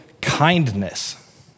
kindness